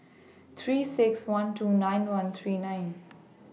three six one two nine one three nine